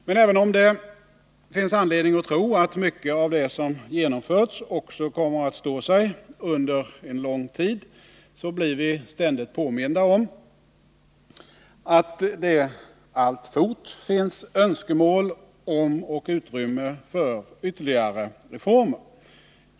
Men även om det finns anledning att tro att mycket av det som genomförts också kommer att stå sig under en lång tid, så blir vi ständigt påminda om att det alltfort finns önskemål om och utrymme för ytterligare reformer.